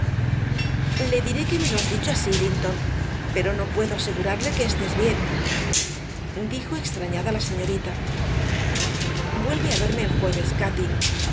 le diré que me lo has dicho así linton pero no puedo asegurarle que estés bien dijo extrañada la señorita vuelve a verme el jueves cati